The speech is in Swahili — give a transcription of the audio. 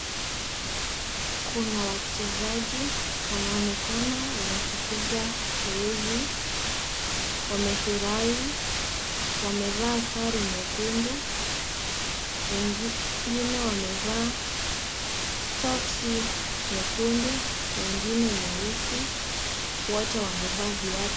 Kuna wachezaji wanaonekana wenye kupiga zoezi, wame furahi, wamevaa sare nyekundu wengine wamevaa socksi nyekundu wengine nyeusi wote wamevaa viatu.